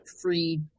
free